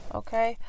okay